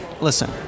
listen